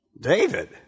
David